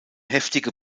heftige